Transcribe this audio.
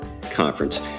conference